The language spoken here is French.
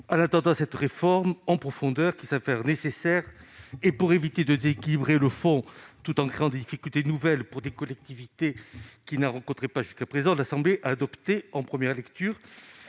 En attendant cette refonte en profondeur, qui se révèle nécessaire, et pour éviter de déséquilibrer le fonds tout en créant des difficultés nouvelles pour des collectivités qui n'en rencontraient pas jusqu'à présent, l'Assemblée nationale a adopté, en première lecture,